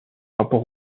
rapport